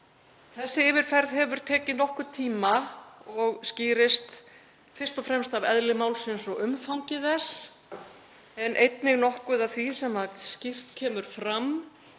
Þessi yfirferð hefur tekið nokkurn tíma og skýrist fyrst og fremst af eðli málsins og umfangi þess en einnig nokkuð af því sem skýrt kemur fram